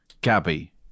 Gabby